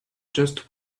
just